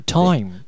time